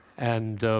and